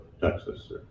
Texas